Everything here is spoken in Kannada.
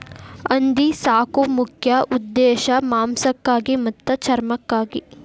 ಹಂದಿ ಸಾಕು ಮುಖ್ಯ ಉದ್ದೇಶಾ ಮಾಂಸಕ್ಕಾಗಿ ಮತ್ತ ಚರ್ಮಕ್ಕಾಗಿ